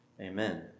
Amen